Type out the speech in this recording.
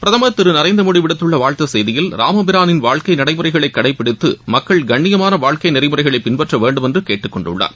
பிரதமர் திரு நரேந்திரமோடி விடுத்துள்ள வாழ்த்துச் செய்தியில் இராமபிரானின் வாழ்க்கை நடைமுறைகளை கடைபிடித்து மக்கள் கண்ணியமான வாழ்க்கை நெறிமுறைகளை பின்பற்ற வேண்டுமென்று கேட்டுக் கொண்டுள்ளார்